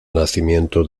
nacimiento